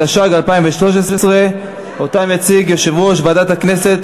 התשע"ג 2013. יציג אותה יושב-ראש ועדת הכנסת,